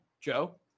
Joe